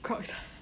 crocs